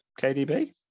KDB